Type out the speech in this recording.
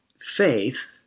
faith